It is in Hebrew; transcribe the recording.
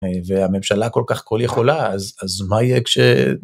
והממשלה כל כך כל יכולה אז מה יהיה כש...